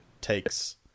takes